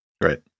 Right